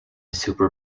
super